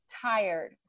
tired